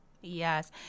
Yes